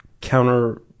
counter